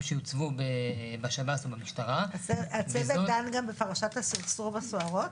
שיוצבו בשב"ס ובמשטרה --- הצוות דן גם בפרשת הסרסור בסוהרות?